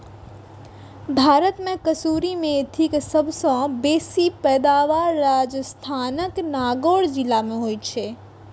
भारत मे कसूरी मेथीक सबसं बेसी पैदावार राजस्थानक नागौर जिला मे होइ छै